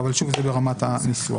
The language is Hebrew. אבל שוב, זה ברמת הניסוח.